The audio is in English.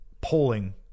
polling